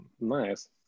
nice